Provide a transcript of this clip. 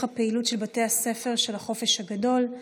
הפעילות של בית הספר של החופש הגדול,